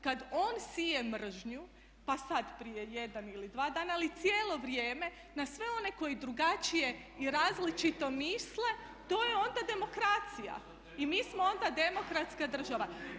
Kad on sije mržnju pa sad prije jedan ili dva dana, ali cijelo vrijeme na sve one koji drugačije i različite misle to je onda demokracija i mi smo onda demokratska država.